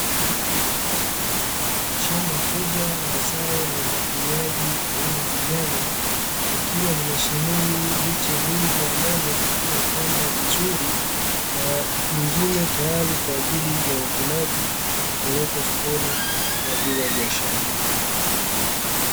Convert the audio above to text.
Shamba kubwa la zao la umwagiliaji aina ya nyanya, likiwa limesheheni miche mingi ya nyanya iliyo pamba vizuri na mingine tayari kwa ajili ya uvunaji na kupelekwa sokoni kwa ajili ya biashara.